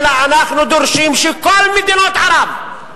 אלא אנחנו דורשים שכל מדינות ערב,